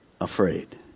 afraid